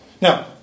Now